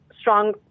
strong